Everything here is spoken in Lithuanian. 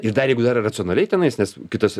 ir dar jeigu dar racionaliai tenais nes kitas